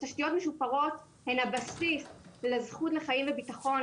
תשתיות משופרות הן הבסיס לזכות לחיים וביטחון,